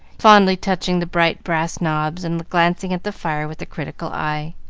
fondly touching the bright brass knobs and glancing at the fire with a critical eye.